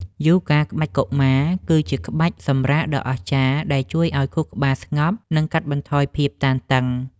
យូហ្គាក្បាច់កុមារ គឺជាក្បាច់សម្រាកដ៏អស្ចារ្យដែលជួយឱ្យខួរក្បាលស្ងប់ និងកាត់បន្ថយភាពតានតឹង។